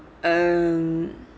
um